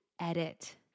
edit